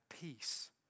peace